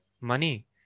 money